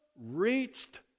reached